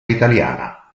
italiana